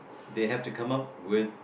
they have to come up with